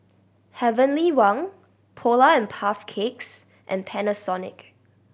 Heavenly Wang Polar and Puff Cakes and Panasonic